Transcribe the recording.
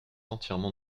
entièrement